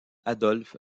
adolphe